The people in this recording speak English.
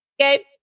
Okay